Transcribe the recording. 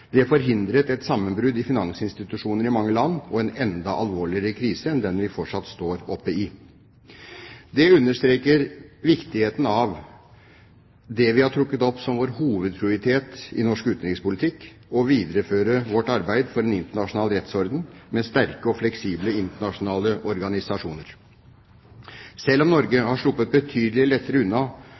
Det forhindret et sammenbrudd i finansinstitusjoner i mange land og en enda mer alvorlig krise enn den vi fortsatt står oppe i. Dette understreker viktigheten av det vi har trukket opp som vår hovedprioritet i norsk utenrikspolitikk: å videreføre vårt arbeid for en internasjonal rettsorden med sterke og fleksible internasjonale organisasjoner. Selv om Norge har sluppet betydelig lettere unna